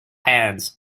hands